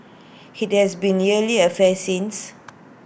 IT has been A yearly affair since